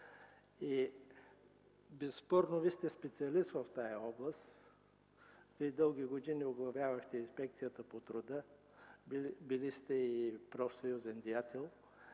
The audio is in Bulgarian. безспорно сте специалист в тази област. Дълги години оглавявахте Инспекцията по труда. Били сте и профсъюзен деятел.